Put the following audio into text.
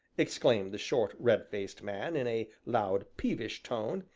exclaimed the short, red-faced man, in a loud, peevish tone,